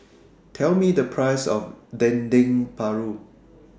Tell Me The Price of Dendeng Paru